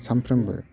सानफ्रोमबो